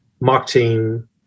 marketing